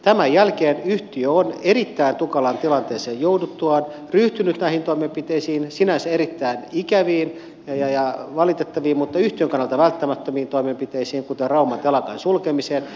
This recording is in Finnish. tämän jälkeen yhtiö on erittäin tukalaan tilanteeseen jouduttuaan ryhtynyt näihin toimenpiteisiin sinänsä erittäin ikäviin ja valitettaviin mutta yhtiön kannalta välttämättömiin toimenpiteisiin kuten rauman telakan sulkemiseen